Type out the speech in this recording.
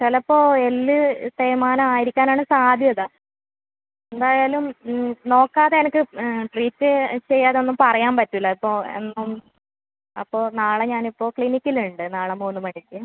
ചിലപ്പോൾ എല്ല് തേയ്മാനം ആയിരിക്കാനാണ് സാധ്യത എന്തായാലും നോക്കാതെ എനിക്ക് ട്രീറ്റ് ചെയ്യാതൊന്നും പറയാൻ പറ്റൂല ഇപ്പോൾ എന്ത് ആണ് അപ്പോൾ നാളെ ഞാൻ ഇപ്പോൾ ക്ലിനിക്കിൽ ഉണ്ട് നാളെ മൂന്ന് മണിക്ക്